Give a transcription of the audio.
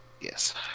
Yes